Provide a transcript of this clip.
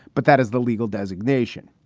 but that is the legal designation.